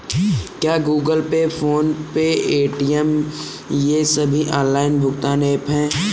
क्या Google pay PhonePe Paytm ये सभी ऑनलाइन भुगतान ऐप हैं?